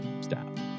stop